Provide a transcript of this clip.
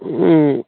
ம்